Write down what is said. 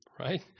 right